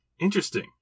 Interesting